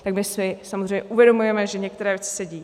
Tak my si samozřejmě uvědomujeme, že některé se dějí.